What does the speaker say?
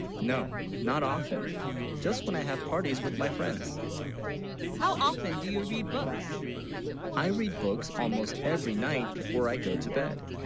no, not often just when i have parties with, my friends how often do you read, books i read, books almost every night before i go to bed?